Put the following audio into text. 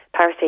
paracetamol